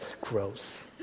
gross